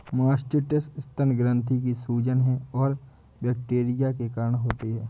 mastitis स्तन ग्रंथि की सूजन है और बैक्टीरिया के कारण होती है